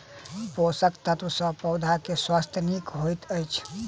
पोषक तत्व सॅ पौधा के स्वास्थ्य नीक होइत अछि